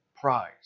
prize